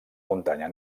muntanya